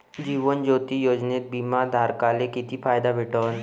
जीवन ज्योती योजनेत बिमा धारकाले किती फायदा भेटन?